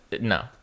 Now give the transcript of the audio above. no